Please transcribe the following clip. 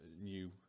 new